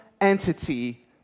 entity